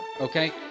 okay